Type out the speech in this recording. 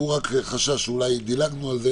הוא חשש שאולי דילגנו על זה.